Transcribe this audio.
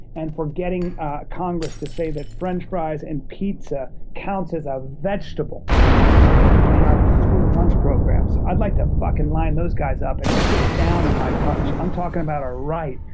and for getting congress to say that french fries and pizza count as a vegetable in our school lunch programs. i'd like to fucking line those guys up and sit down on my punch. i'm talking about a right,